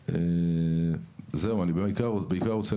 זהו, אני בעיקר רוצה